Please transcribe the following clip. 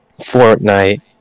Fortnite